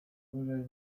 wyżej